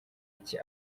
iki